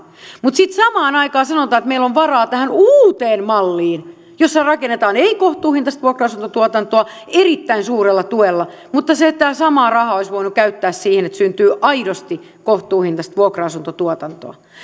mutta sitten samaan aikaan sanotaan että meillä on varaa tähän uuteen malliin jossa rakennetaan ei kohtuuhintaista vuokra asuntotuotantoa erittäin suurella tuella mutta tämä sama raha olisi voitu käyttää siihen että syntyy aidosti kohtuuhintaista vuokra asuntotuotantoa